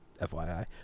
FYI